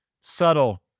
subtle